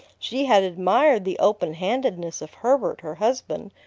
she had admired the open-handedness of herbert, her husband,